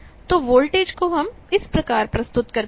तो वोल्टेज को हम इस प्रकार से प्रस्तुत करते हैं